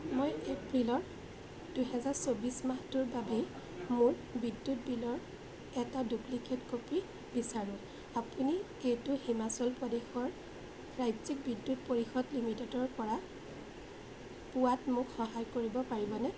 মই এপ্ৰিলৰ দুহেজাৰ চৌবিছ মাহটোৰ বাবে মোৰ বিদ্যুৎ বিলৰ এটা ডুপ্লিকেট কপি বিচাৰোঁ আপুনি এইটো হিমাচল প্ৰদেশৰ ৰাজ্যিক বিদ্যুৎ পৰিষদ লিমিটেডৰপৰা পোৱাত মোক সহায় কৰিব পাৰিবনে